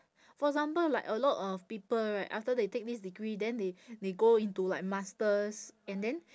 for example like a lot of people right after they take this degree then they they go into like master's and then